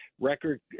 record